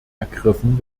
ergriffen